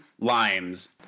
limes